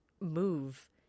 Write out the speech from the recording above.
move